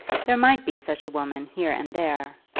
there might be such a woman here and there,